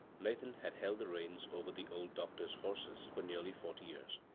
nathan had held the reins over the old doctor's horses for nearly forty years,